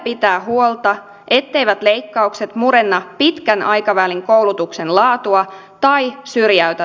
pitää huolta etteivät leikkaukset murenna pitkän aikavälin koulutuksen laatua tai syrjäytä